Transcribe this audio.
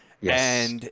Yes